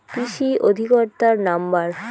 কৃষি অধিকর্তার নাম্বার?